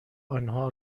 آنها